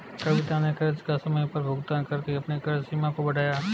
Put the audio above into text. कविता ने कर्ज का समय पर भुगतान करके अपने कर्ज सीमा को बढ़ाया